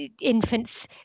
infants